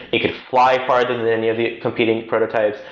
it could fly farther than any of the competing prototypes,